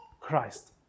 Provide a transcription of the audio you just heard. Christ